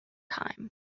time